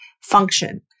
function